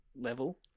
level